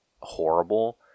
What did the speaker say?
horrible